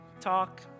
talk